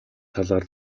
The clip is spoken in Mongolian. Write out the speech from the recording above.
талаар